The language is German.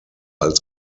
als